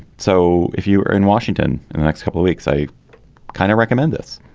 so if you are in washington in the next couple of weeks i kind of recommend this